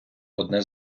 одне